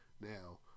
Now